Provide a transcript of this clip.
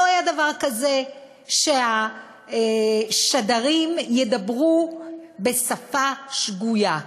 לא היה דבר כזה שהשדרים ידברו בשפה שגויה.